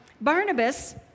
Barnabas